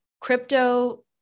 crypto